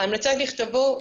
ההמלצות נכתבו.